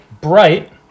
bright